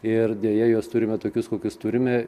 ir deja juos turime tokius kokius turime